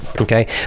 okay